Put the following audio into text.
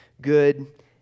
good